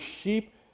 sheep